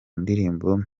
ndirimbo